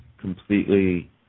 completely